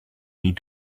need